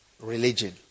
religion